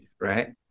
right